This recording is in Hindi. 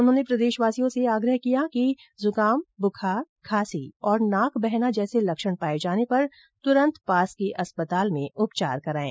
उन्होंने प्रदेशवासियों से आग्रह किया कि जुकाम बुखार खांसी और नाक बहना जैसे लक्षण पाए जाने पर तुरंत पास के अस्पताल में उपचार करायें